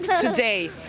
today